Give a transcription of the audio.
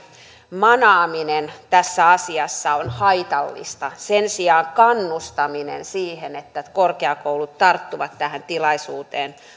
manaaminen tässä asiassa on haitallista sen sijaan kannustaminen siihen että että korkeakoulut tarttuvat tähän tilaisuuteen